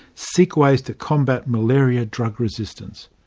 seek ways to combat malaria drug resistance.